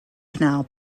canal